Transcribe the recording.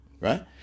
right